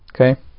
okay